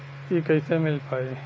इ कईसे मिल पाई?